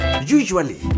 Usually